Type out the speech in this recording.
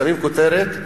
שמים כותרת,